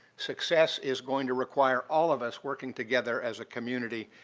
success is going to require all of us working together as a community,